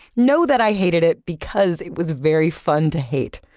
know that i hated it because it was very fun to hate.